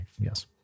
Yes